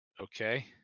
Okay